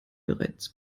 bereits